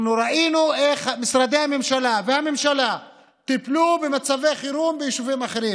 ראינו איך משרדי הממשלה והממשלה טיפלו במצבי חירום ביישובים אחרים,